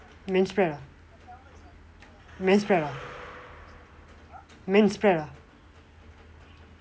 man spread ah man spread ah man spread ah